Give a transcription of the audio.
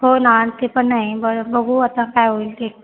हो ना ते पण नाही ब बघू आता काय होईल ते